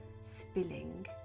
spilling